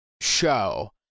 show